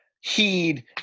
heed